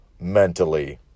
mentally